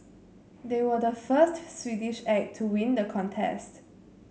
they were the first Swedish act to win the contest